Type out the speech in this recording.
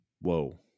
Whoa